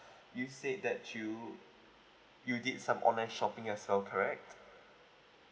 you said that you you did some online shopping as well correct